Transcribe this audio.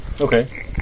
Okay